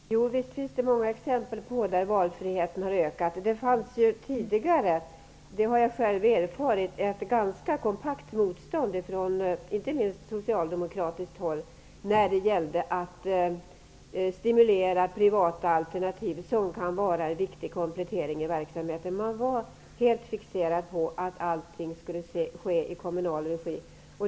Fru talman! Visst finns det många exempel på att valfriheten har ökat. Jag har själv erfarit att det tidigare fanns ett ganska kompakt motstånd, inte minst ifrån socialdemokratiskt håll, när det gällde att stimulera privata alternativ som kan bli en viktig komplettering av verksamheten. Man var helt fixerad vid att allting skulle ske i kommunal regi.